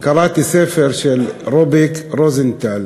ספר של רוביק רוזנטל